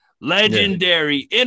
Legendary